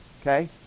okay